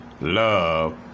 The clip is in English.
love